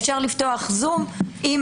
אפשר לפתוח זום עם